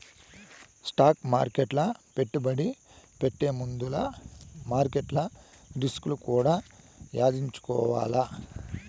stock మార్కెట్ల పెట్టుబడి పెట్టే ముందుల మార్కెట్ల రిస్కులు కూడా యాదించుకోవాల్ల